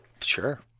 sure